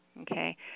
Okay